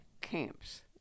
camps